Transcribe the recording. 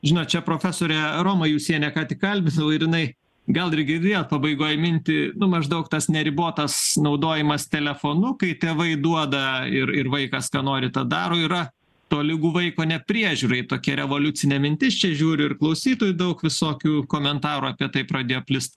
žinot čia profesorę romą jusienę ką tik kalbinau ir jinai gal ir girdėjot pabaigoj mintį nu maždaug tas neribotas naudojimas telefonu kai tėvai duoda ir ir vaikas ką nori tą daro yra tolygu vaiko nepriežiūrai tokia revoliucinė mintis čia žiūriu ir klausytojų daug visokių komentarų apie tai pradėjo plist